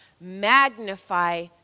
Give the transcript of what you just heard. magnify